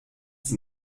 wir